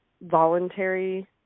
voluntary